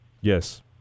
Yes